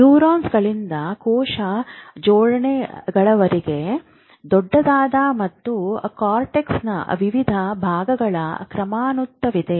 ನ್ಯೂರಾನ್ಗಳಿಂದ ಕೋಶ ಜೋಡಣೆಗಳವರೆಗೆ ದೊಡ್ಡದಾದ ಮತ್ತು ಕಾರ್ಟೆಕ್ಸ್ನ ವಿವಿಧ ಭಾಗಗಳ ಕ್ರಮಾನುಗತವಿದೆ